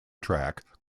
track